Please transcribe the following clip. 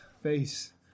face